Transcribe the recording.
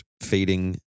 fading